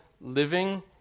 living